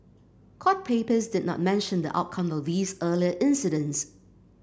court papers did not mention the outcome of these earlier incidents